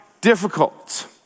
difficult